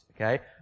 okay